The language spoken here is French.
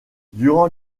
durant